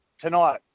tonight